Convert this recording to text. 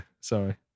Sorry